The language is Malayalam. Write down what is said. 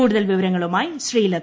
കൂടുതൽ വിവരങ്ങളുമായി ശ്രീലത